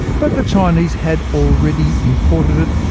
but the chinese had already imported it,